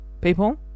people